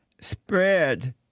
spread